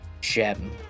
gem